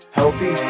healthy